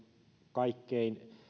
kaikkein